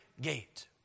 gate